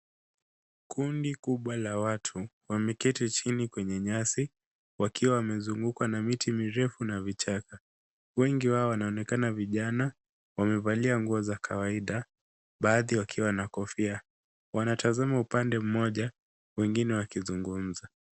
Kundi kubwa la watu wameketi chini kwenye nyasi wakiwa wamezungukwa na miti mirefu na vichaka. Wengi wao wanaonekana vijana. Wamevalia nguo za kawaida baadhi wakiwa na kofia. Wanatazama upande mmoja wengine wakizungumza.